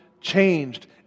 changed